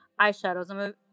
eyeshadows